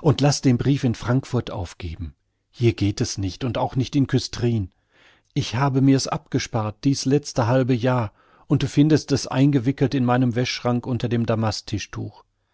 und laß den brief in frankfurt aufgeben hier geht es nicht und auch nicht in küstrin ich habe mir's abgespart dies letzte halbe jahr und du findest es eingewickelt in meinem wäschschrank unter dem